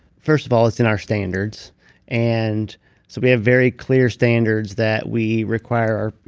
first of all, it's in our standards. and so we have very clear standards that we require.